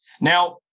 Now